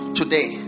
today